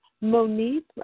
Monique